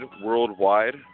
worldwide